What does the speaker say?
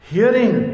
Hearing